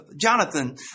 Jonathan